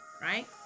right